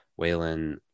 Waylon